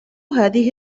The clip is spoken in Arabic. هذه